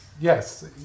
Yes